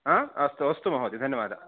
हा अस्तु अस्तु महोदय धन्यवादाः